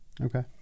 Okay